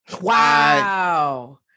Wow